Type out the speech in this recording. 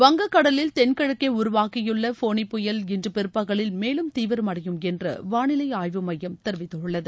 வங்கக் கடலில் தென்கிழக்கே உருவாகியுள்ள ஃபோனி புயல் இன்று பிற்பகவில் மேலும் தீவிரமடையும் என்று வானிலை ஆய்வு மையம் தெரிவித்துள்ளது